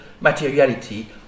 materiality